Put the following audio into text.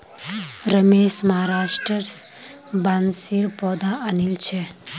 रमेश महाराष्ट्र स बांसेर पौधा आनिल छ